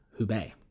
Hubei